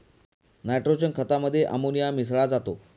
nitrogen खतामध्ये ammonia मिसळा जातो